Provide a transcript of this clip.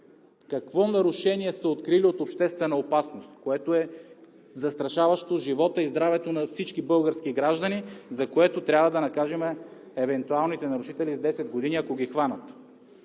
какво нарушение са открили от обществена опасност, което е застрашаващо живота и здравето на всички български граждани, за което трябва да накажем евентуалните нарушители с десет години, ако ги хванат.